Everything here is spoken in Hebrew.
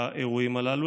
באירועים הללו.